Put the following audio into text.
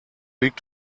liegt